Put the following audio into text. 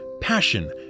passion